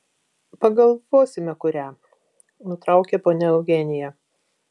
pagalvosime kurią nutraukė ponia eugenija